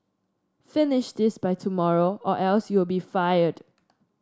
finish this by tomorrow or else you'll be fired